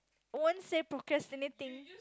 won't say procrastinating